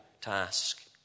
task